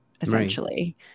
essentially